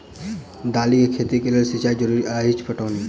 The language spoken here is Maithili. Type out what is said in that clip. दालि केँ खेती केँ लेल सिंचाई जरूरी अछि पटौनी?